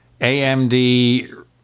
AMD